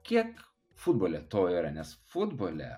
kiek futbole to yra nes futbole